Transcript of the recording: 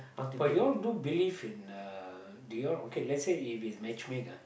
but y'all do believe in uh do you all okay let's say if is matchmake lah